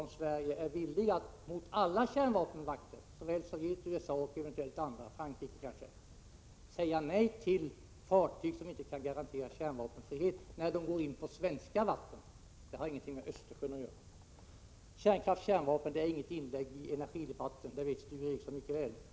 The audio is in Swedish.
Den gäller huruvida Sverige är villigt att till alla kärnvapenmakter — såväl Sovjet, USA som eventuellt andra, kanske Frankrike — säga nej till fartyg som inte kan garantera kärnvapenfrihet när de går in på svenskt vatten. Detta har ingenting med Östersjön att göra. Min reservation om en studie om kärnkraft och kärnvapen är inget inlägg i | energidebatten, det vet Sture Ericson mycket väl.